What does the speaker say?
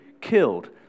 killed